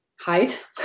Height